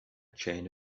chain